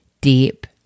deep